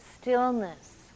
stillness